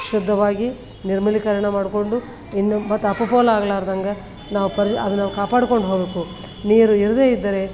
ಶುದ್ಧವಾಗಿ ನಿರ್ಮಲೀಕರಣ ಮಾಡಿಕೊಂಡು ಇನ್ನು ಮತ್ತು ಅಪಪೋಲಾಗ್ಲಾರ್ದಂಗೆ ನಾವು ಪರ್ಜ್ ಅದನ್ನು ಕಾಪಾಡ್ಕೊಂಡು ಹೋಗಬೇಕು ನೀರು ಇರದೇ ಇದ್ದರೆ